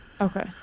Okay